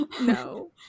No